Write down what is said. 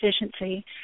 efficiency